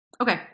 Okay